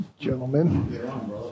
gentlemen